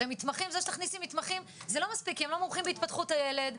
הרי זה שתכניסי מתמחים זה מספיק כי הם לא מומחים בהתפתחות הילד,